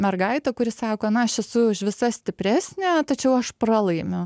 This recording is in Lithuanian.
mergaitę kuri sako na aš esu už visas stipresnė tačiau aš pralaimiu